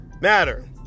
matter